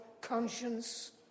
conscience